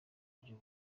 buryo